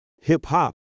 hip-hop